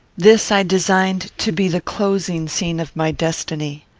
this i designed to be the closing scene of my destiny.